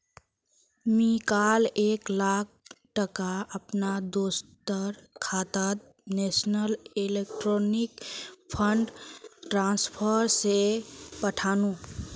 मी काल एक लाख टका अपना दोस्टर खातात नेशनल इलेक्ट्रॉनिक फण्ड ट्रान्सफर से पथानु